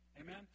Amen